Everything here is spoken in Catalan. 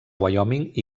wyoming